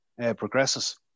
progresses